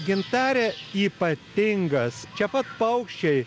gintare ypatingas čia pat paukščiai